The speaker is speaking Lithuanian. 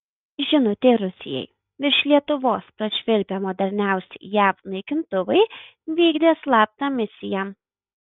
žinutė rusijai virš lietuvos prašvilpę moderniausi jav naikintuvai vykdė slaptą misiją